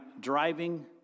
driving